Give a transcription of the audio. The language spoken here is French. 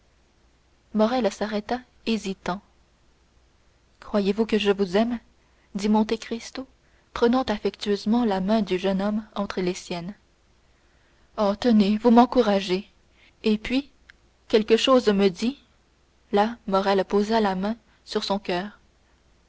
morrel s'arrêta hésitant croyez-vous que je vous aime dit monte cristo prenant affectueusement la main du jeune homme entre les siennes oh tenez vous m'encouragez et puis quelque chose me dit là morrel posa la main sur son coeur